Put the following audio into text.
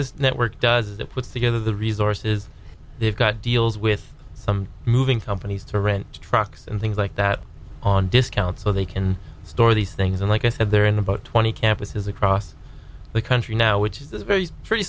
this network does it puts together the resources they've got deals with some moving companies to rent trucks and things like that on discount so they can store these things and like i said they're in about twenty campuses across the country now which is a very